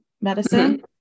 medicine